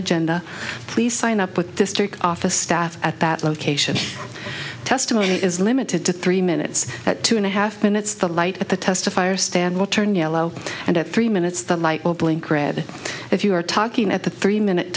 agenda please sign up with district office staff at that location testimony is limited to three minutes at two and a half minutes the light at the testifier stand will turn yellow and at three minutes the michael blink read if you are talking at the three minute